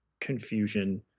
confusion